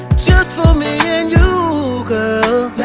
me and you girl